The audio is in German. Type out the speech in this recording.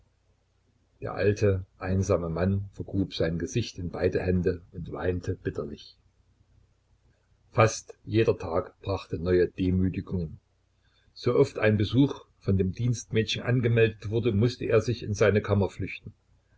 der alte einsame mann vergrub sein gesicht in beide hände und weinte bitterlich fast jeder tag brachte neue demütigungen so oft ein besuch von dem dienstmädchen angemeldet wurde mußte er sich in seine kammer flüchten